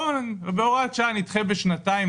בואו בהוראת שעה נדחה בשנתיים,